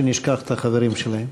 שנשכח את החברים שלהם,